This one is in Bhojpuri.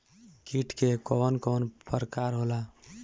कीट के कवन कवन प्रकार होला?